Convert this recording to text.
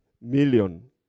million